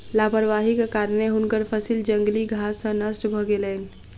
लापरवाहीक कारणेँ हुनकर फसिल जंगली घास सॅ नष्ट भ गेलैन